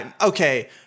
Okay